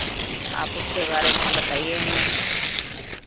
आप उसके बारे में बताइए हमें